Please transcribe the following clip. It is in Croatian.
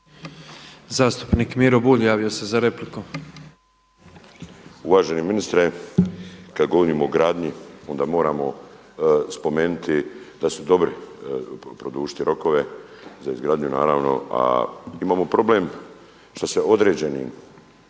Uvaženi ministre, kada govorimo o gradnji onda moramo spomenuti da su dobri, produžiti rokove za izgradnju naravno. A imamo problem što se određenim